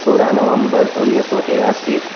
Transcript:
सौरहां November उणिवीह सौ टियासी